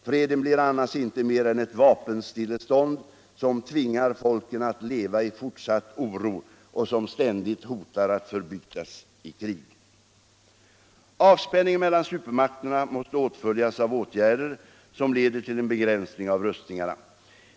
Freden blir annars inte mer än ett vapenstillestånd som tvingar folken att leva i fortsatt oro och som ständigt hotar att förbytas i öppet krig. Avspänningen mellan supermakterna måste åtföljas av åtgärder som leder till en begränsning av rustningarna.